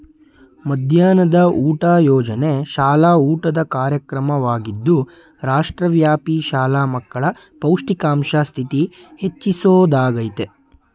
ಮಧ್ಯಾಹ್ನದ ಊಟ ಯೋಜನೆ ಶಾಲಾ ಊಟದ ಕಾರ್ಯಕ್ರಮವಾಗಿದ್ದು ರಾಷ್ಟ್ರವ್ಯಾಪಿ ಶಾಲಾ ಮಕ್ಕಳ ಪೌಷ್ಟಿಕಾಂಶ ಸ್ಥಿತಿ ಹೆಚ್ಚಿಸೊದಾಗಯ್ತೆ